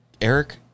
Eric